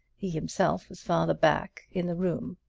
he himself was farther back in the room.